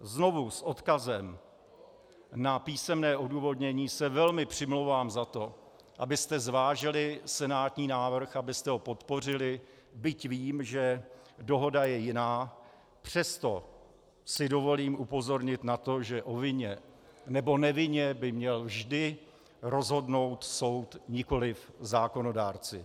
Znovu s odkazem na písemné odůvodnění se velmi přimlouvám za to, abyste zvážili senátní návrh, abyste ho podpořili, byť vím, že dohoda je jiná, přesto si dovolím upozornit na to, že o vině nebo nevině by měl vždy rozhodnout soud, nikoli zákonodárci.